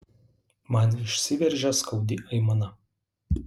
man išsiveržia skaudi aimana